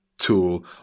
tool